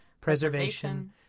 preservation